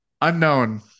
Unknown